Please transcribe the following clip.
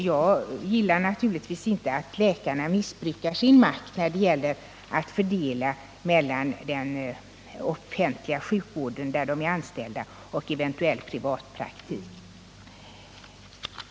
Jag gillar naturligtvis inte att läkarna missbrukar möjligheterna att fördela sina arbetsinsatser mellan den offentliga sjukvården, där de är anställda, och eventuell privat praktik.